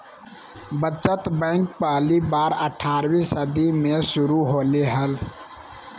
बचत बैंक पहली बार अट्ठारहवीं सदी में शुरू होले हल